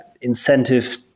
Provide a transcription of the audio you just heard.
incentive